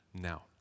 now